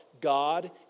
God